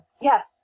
yes